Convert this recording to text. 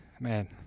man